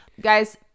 guys